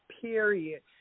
period